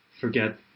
forget